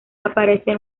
aparece